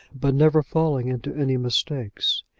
but never falling into any mistakes.